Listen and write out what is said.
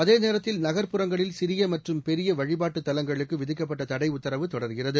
அதேநேரத்தில் நகர்ப்புறங்களில் சிறியமற்றும் பெரியவழிபாட்டுதலங்களுக்குவிதிக்கப்பட்டதளடஉத்தரவு தொடர்கிறது